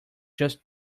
just